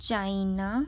China